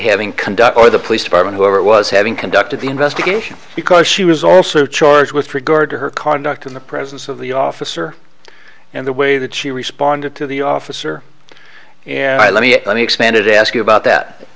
conduct or the police department whoever it was having conducted the investigation because she was also charged with regard to her conduct in the presence of the officer and the way that she responded to the officer and i let me unexpanded ask you about that